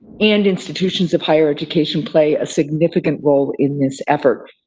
and institutions of higher education play a significant role in this effort.